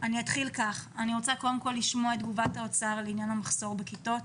אני רוצה קודם כול לשמוע את תגובת האוצר על עניין המחסור בכיתות,